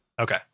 Okay